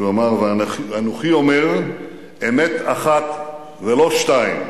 שאמר: "ואנוכי אומר: אמת אחת ולא שתיים.